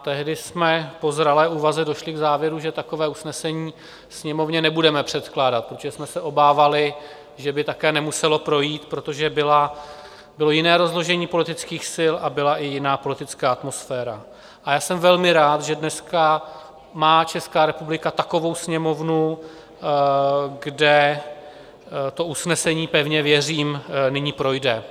Tehdy jsme po zralé úvaze došli k závěru, že takové usnesení Sněmovně nebudeme předkládat, protože jsme se obávali, že by také nemuselo projít, protože bylo jiné rozložení politických sil a byla i jiná politická atmosféra, a já jsem velmi rád, že dneska má Česká republika takovou Sněmovnu, kde to usnesení, pevně věřím, nyní projde.